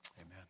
Amen